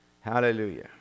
Hallelujah